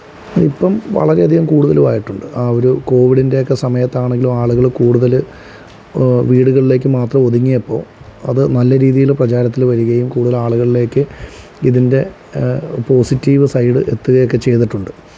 ഇപ്പം വളരെയധികം കൂടുതലുവായിട്ടുണ്ട് ആ ഒരു കോവിഡിന്റെയെക്കെ സമയത്താണെങ്കിലും ആളുകൾ കൂടുതല് വീടുകളിലേക്ക് മാത്രം ഒതുങ്ങിയപ്പൊ അത് നല്ല രീതീല് പ്രചാരത്തില് വരികയും കൂടുതൽ ആളുകളിലേക്ക് ഇതിന്റെ പോസിറ്റീവ് സൈഡ് എത്തുകയും ഒക്കെ ചെയ്തിട്ടുണ്ട്